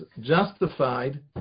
justified